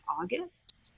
August